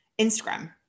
instagram